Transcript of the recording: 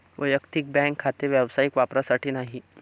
वैयक्तिक बँक खाते व्यावसायिक वापरासाठी नाही